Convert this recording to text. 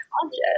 conscious